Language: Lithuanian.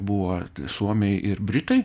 buvo suomiai ir britai